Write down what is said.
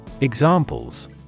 Examples